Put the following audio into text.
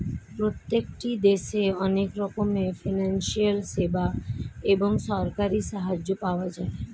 প্রত্যেকটি দেশে অনেক রকমের ফিনান্সিয়াল সেবা এবং সরকারি সাহায্য পাওয়া যায়